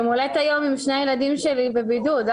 יום הולדת שלי עם שני הילדים שלי בבידוד.